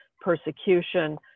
persecution